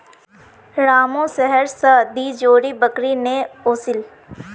रामू शहर स दी जोड़ी बकरी ने ओसील